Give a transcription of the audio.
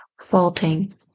faulting